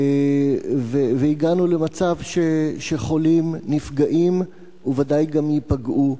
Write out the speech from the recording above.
והגענו למצב שחולים נפגעים, וודאי גם ייפגעו.